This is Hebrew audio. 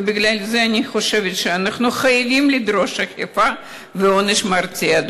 בגלל זה אני חושבת שאנחנו חייבים לדרוש אכיפה ועונש מרתיע,